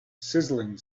sizzling